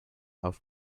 auf